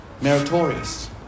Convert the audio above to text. meritorious